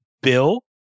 Bill